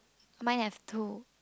mine have two